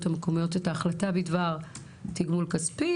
המקומיות את ההחלטה בדבר תגמול כספי.